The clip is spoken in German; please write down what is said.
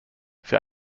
für